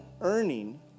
earning